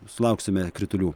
sulauksime kritulių